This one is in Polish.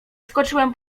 skoczyłem